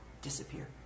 disappear